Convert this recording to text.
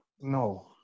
No